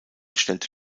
stellte